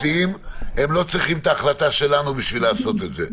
הם לא צריכים את ההחלטה שלנו בשביל לעשות את זה,